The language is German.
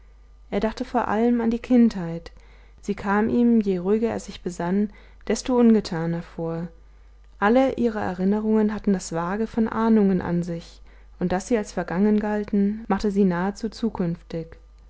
er dachte vor allem an die kindheit sie kam ihm je ruhiger er sich besann desto ungetaner vor alle ihre erinnerungen hatten das vage von ahnungen an sich und daß sie als vergangen galten machte sie nahezu zukünftig